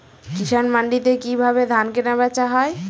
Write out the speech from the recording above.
কৃষান মান্ডিতে কি ভাবে ধান কেনাবেচা হয়?